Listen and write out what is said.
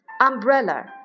umbrella